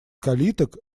калиток